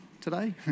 today